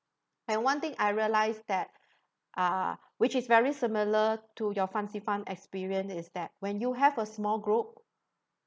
and one thing I realised that uh which is very similar to your fansipan experience is that when you have a small group